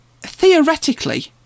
theoretically